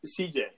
CJ